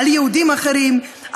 על יהודים אחרים,